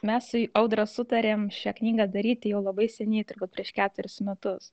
mes su audra sutarėm šią knygą daryti jau labai seniai turbūt prieš keturis metus